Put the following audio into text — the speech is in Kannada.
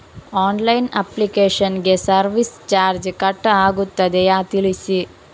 ಆನ್ಲೈನ್ ಅಪ್ಲಿಕೇಶನ್ ಗೆ ಸರ್ವಿಸ್ ಚಾರ್ಜ್ ಕಟ್ ಆಗುತ್ತದೆಯಾ ತಿಳಿಸಿ?